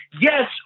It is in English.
yes